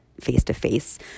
face-to-face